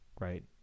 right